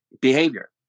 behavior